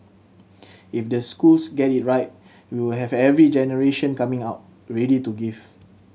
if the schools get it right we will have every generation coming out ready to give